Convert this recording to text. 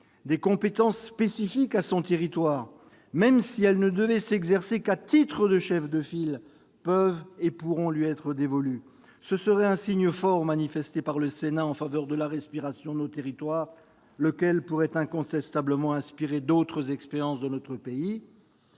des compétences spécifiques à son territoire, même si elles ne devaient s'exercer qu'à titre de chef de file, peuvent et pourront lui être dévolues. Ce serait un signe fort manifesté par le Sénat en faveur de la respiration de nos territoires. Cela pourrait incontestablement inspirer d'autres expériences dans notre pays.